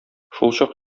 шулчак